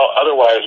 otherwise